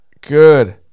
Good